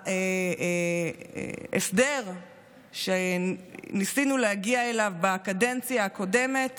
שההסדר שניסינו להגיע אליו בקדנציה הקודמת